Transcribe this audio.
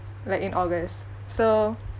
like in august so